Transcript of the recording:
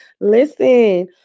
Listen